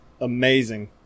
amazing